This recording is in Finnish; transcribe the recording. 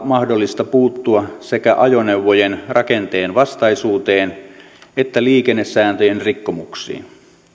mahdollista puuttua sekä ajoneuvojen rakenteenvastaisuuteen että liikennesääntöjen rikkomuksiin